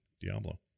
Diablo